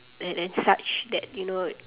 and and such that you know